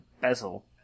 bezel